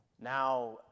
Now